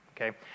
okay